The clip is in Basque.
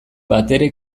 batere